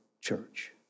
church